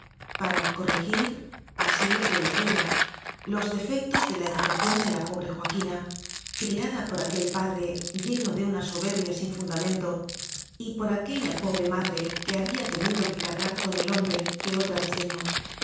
para corregir así lo creía ellalos defectos de la educación de la pobre joaquina criada por aquel pa dre lleno de una soberbia sin fundamento y por aquella pobre madre que había tenido que cargar con el hombre que otra desdeñó